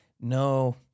No